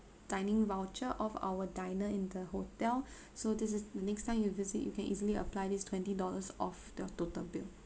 dining voucher of our diner in the hotel so this is the next time you visit you can easily apply this twenty dollars off the total bill